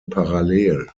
parallel